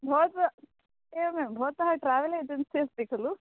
भवतः एवमेव भवतः ट्रावेल् एजेन्सि अस्ति खलु